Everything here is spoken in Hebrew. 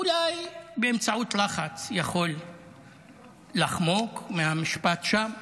אולי באמצעות לחץ יכול לחמוק מהמשפט שם.